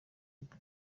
ubwo